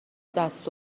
دست